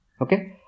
okay